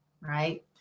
Right